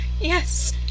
Yes